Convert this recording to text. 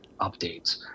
updates